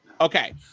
okay